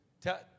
Tell